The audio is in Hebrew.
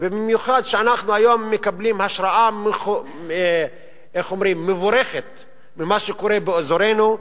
במיוחד כשאנחנו היום אנחנו מקבלים השראה מבורכת ממה שקורה באזורנו,